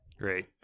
great